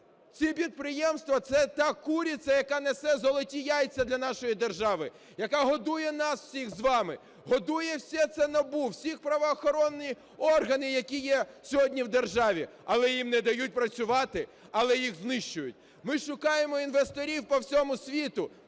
Ці підприємства – це та курица, яка несе золоті яйця для нашої держави, яка годує нас всіх з вами. Годує все це НАБУ, всі правоохоронні органи, які є сьогодні в державі. Але їм не дають працювати. Але їх знищують. Ми шукаємо інвесторів по всьому світу.